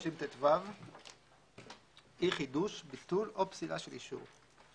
330טו. אי-חידוש, ביטול או פסילה של אישור.